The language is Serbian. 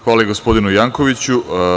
Hvala gospodinu Jankoviću.